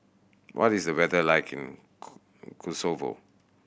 what is the weather like in Kosovo